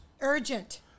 Urgent